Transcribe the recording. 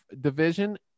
division